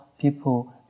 people